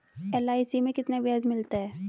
LIC में कितना ब्याज मिलता है?